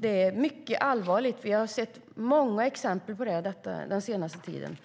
Det är mycket allvarligt. Vi har sett många exempel på det den senaste tiden.